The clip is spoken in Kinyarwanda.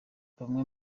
bamwe